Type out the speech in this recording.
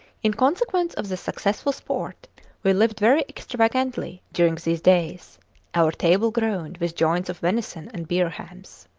in consequence of the successful sport we lived very extravagantly during these days our table groaned with joints of venison and bear-hams.